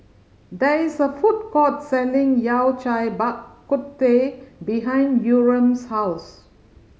there is a food court selling Yao Cai Bak Kut Teh behind Yurem's house